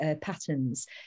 patterns